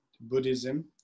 Buddhism